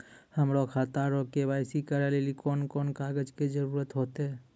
हमरो खाता रो के.वाई.सी करै लेली कोन कोन कागज के जरुरत होतै?